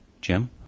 Jim